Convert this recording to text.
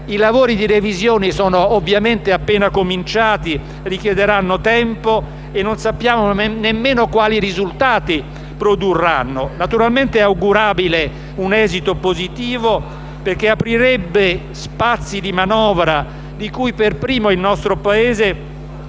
i lavori di revisione sono appena cominciati; richiederanno tempo e non sappiamo nemmeno quali risultati produrranno. Naturalmente è augurabile un esito positivo perché aprirebbe spazi di manovra di cui per primo il nostro Paese